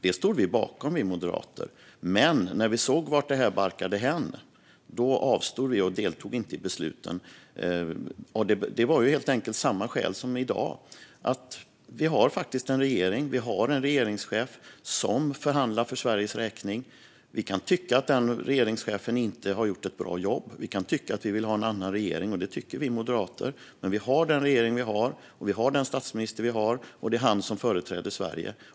Detta stod vi moderater bakom. Men när vi såg vartåt det barkade avstod vi - vi deltog då inte i besluten. Det var helt enkelt av samma skäl som i dag. Vi har faktiskt en regering. Vi har en regeringschef som förhandlar för Sveriges räkning. Vi kan tycka att den regeringschefen inte har gjort ett bra jobb. Vi kan vilja ha en annan regering, och det vill vi moderater. Men vi har den regering vi har. Vi har den statsminister vi har, och det är han som företräder Sverige.